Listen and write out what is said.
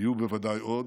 ויהיו בוודאי עוד.